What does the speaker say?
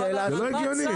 זה לא הגיוני.